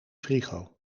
frigo